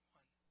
one